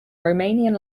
romanian